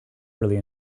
really